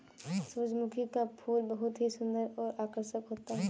सुरजमुखी का फूल बहुत ही सुन्दर और आकर्षक होता है